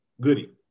Goody